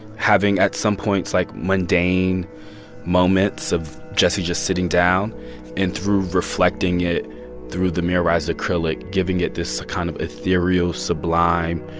having, at some points, like, mundane moments of jesse just sitting down and through reflecting it through the mirrorized acrylic, giving it this kind of ethereal, sublime,